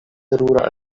terura